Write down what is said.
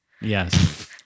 Yes